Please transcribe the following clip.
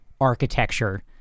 architecture